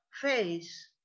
face